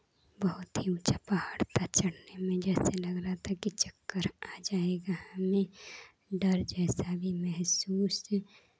बहुत ही ऊंचा पहाड़ था चढ़ने में जैसे लग रहा था कि चक्कर आ जाएगा हमें डर ऐसा भी नहीं जोर से